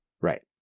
Right